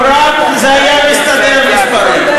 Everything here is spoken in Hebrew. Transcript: אם רק זה היה מסתדר מספרית.